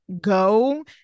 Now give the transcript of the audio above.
go